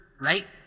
right